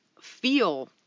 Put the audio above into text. feel